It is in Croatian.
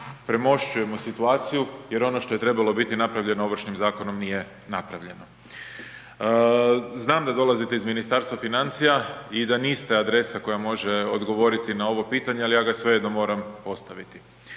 premošćujemo situaciju jer ono što je trebalo biti napravljeno Ovršnim zakonom nije napravljeno. Znam da dolazite iz Ministarstva financija i da niste adresa koja može odgovoriti na ovo pitanje, ali ja ga svejedno moram postaviti,